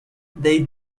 they